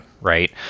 right